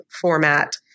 format